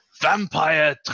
vampire